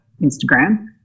Instagram